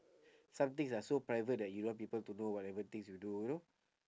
some things are so private that you don't want people to know whatever things you do you know